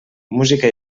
música